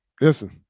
listen